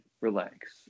relax